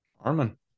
Armin